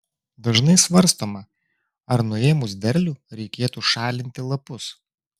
dažnai svarstoma ar nuėmus derlių reikėtų šalinti lapus